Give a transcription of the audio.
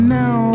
now